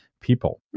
people